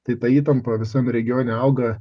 tai ta įtampa visam regione auga